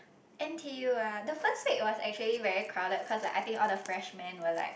N_T_U ah the first week was actually very crowded cause like I think all the freshmen were like